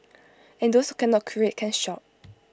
and those can not create can shop